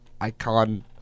Icon